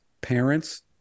parents